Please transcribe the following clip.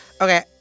Okay